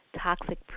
Toxic